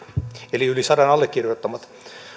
eli yli sadan allekirjoittamat